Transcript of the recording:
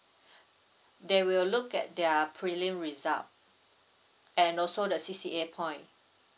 they will look at their prelim result and also the C_C_A point